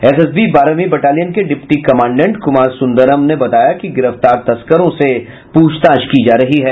SSB बारहवीं battalion के deputy commandant Kumar Sundaram ने बताया कि गिरफ्तार तस्करों से पूछताछ की जा रही है